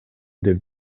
деп